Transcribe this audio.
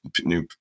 new